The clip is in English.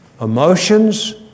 emotions